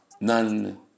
none